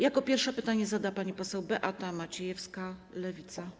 Jako pierwsza pytanie zada pani poseł Beata Maciejewska, Lewica.